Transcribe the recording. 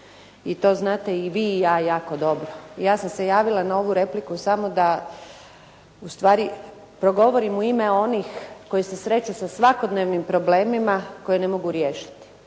I to znate i vi i ja jako dobro. Ja sam se javila na ovu repliku samo da ustvari progovorim u ime onih koji se sreću sa svakodnevnim problemima koje ne mogu riješiti.